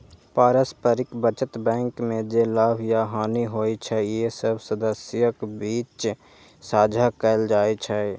पारस्परिक बचत बैंक मे जे लाभ या हानि होइ छै, से सब सदस्यक बीच साझा कैल जाइ छै